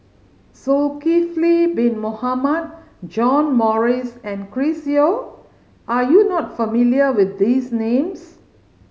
Zulkifli Bin Mohamed John Morrice and Chris Yeo are you not familiar with these names